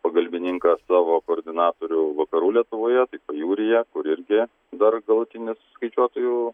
pagalbininką savo koordinatorių vakarų lietuvoje pajūryje kur irgi dar galutinis skaičiuotojų